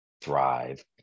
thrive